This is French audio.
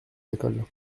l’école